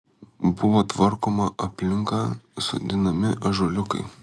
buvo tvarkoma aplinka sodinami ąžuoliukai